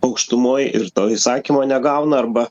aukštumoj ir to įsakymo negauna arba